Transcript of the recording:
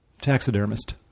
taxidermist